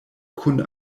kun